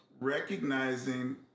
recognizing